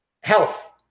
health